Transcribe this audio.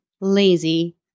lazy